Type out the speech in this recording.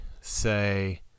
say